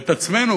ואת עצמנו,